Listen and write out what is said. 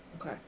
Okay